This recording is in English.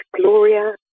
Gloria